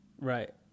Right